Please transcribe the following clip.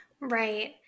Right